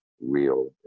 real